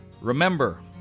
Remember